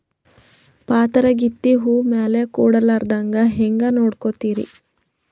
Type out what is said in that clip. ಪಾತರಗಿತ್ತಿ ಹೂ ಮ್ಯಾಲ ಕೂಡಲಾರ್ದಂಗ ಹೇಂಗ ನೋಡಕೋತಿರಿ?